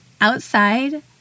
outside